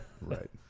Right